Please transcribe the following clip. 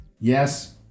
Yes